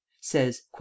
says